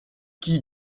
qui